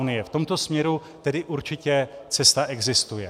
V tomto směru tedy určitě cesta existuje.